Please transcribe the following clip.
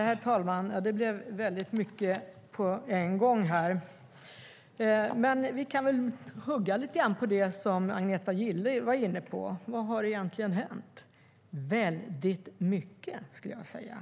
Herr talman! Det blev mycket på en gång, men vi kan hugga in lite grann på det som Agneta Gille var inne på. Vad har egentligen hänt? Väldigt mycket, skulle jag vilja säga.